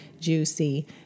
juicy